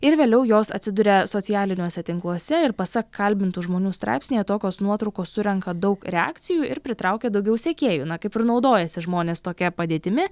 ir vėliau jos atsiduria socialiniuose tinkluose ir pasak kalbintų žmonių straipsnyje tokios nuotraukos surenka daug reakcijų ir pritraukia daugiau sekėjų na kaip ir naudojasi žmonės tokia padėtimi